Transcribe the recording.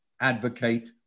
advocate